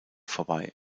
vorbei